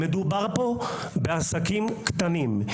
מדובר פה בעסקים קטנים.